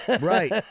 right